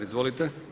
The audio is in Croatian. Izvolite.